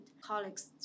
colleagues